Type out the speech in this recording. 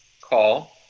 call